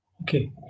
Okay